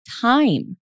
time